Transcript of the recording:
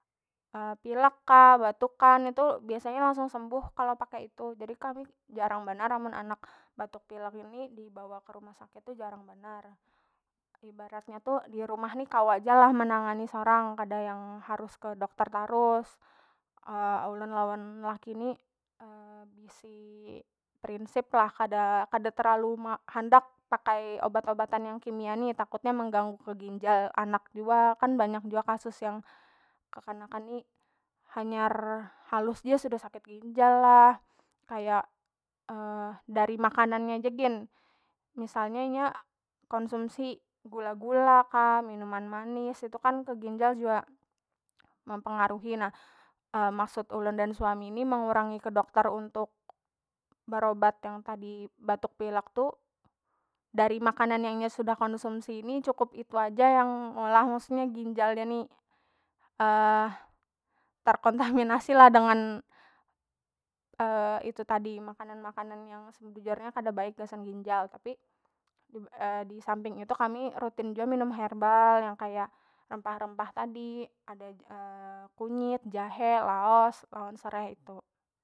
Pilek kah batuk kah itu biasanya langsung sembuh kalo pakai itu jadi kami jarang banar amun anak batuk pilek ini dibawa kerumah sakit tu jarang banar, ibaratnya tu dirumah ni kawa ja lah menangani sorang kada yang harus ke dokter tarus ulun lawan laki ni bisi prinsip lah kada- kada terlalu handak pakai obat- obatan yang kimia ni takut nya mengganggu ke ginjal anak jua kan banyak jua kasus yang kekanakan ni hanyar halus ja sudah sakit ginjal lah kaya dari makanan nya ja gin misalnya inya konsumsi gula gula kah minuman manis itu kan ke ginjal jua mempengaruhi na, maksud ulun dan suami ni mengurangi ke dokter untuk berobat yang tadi batuk pilek tu dari makanan yang inya sudah konsumsi ni cukup itu aja yang meulah maksudnya ginjalnya ni terkontaminasi lah dengan itu tadi makanan- makanan yang sebujurnya kada baik gasan ginjal tapi disamping itu kami rutin jua minum herbal yang kaya rempah- rempah tadi ada kunyit, jahe, laos lawan serai itu.